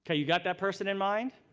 so you got that person in mind?